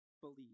believe